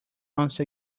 once